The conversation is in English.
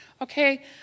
okay